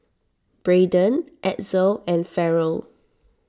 Braydon Edsel and Farrell